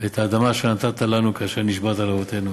ואת האדמה אשר נתתה לנו כאשר נשבעת לאבֹתינו